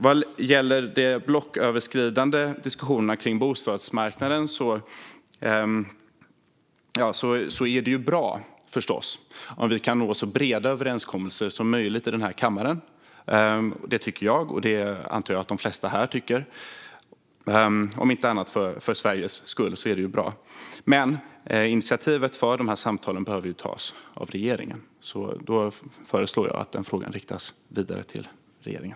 Vad gäller de blocköverskridande diskussionerna kring bostadsmarknaden är det förstås bra om vi kan nå så breda överenskommelser som möjligt i den här kammaren. Det tycker jag, och det antar jag att de flesta här tycker. Om inte annat vore det bra för Sveriges skull. Initiativet till samtalen behöver dock tas av regeringen, så jag föreslår att frågan riktas vidare till regeringen.